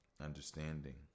understanding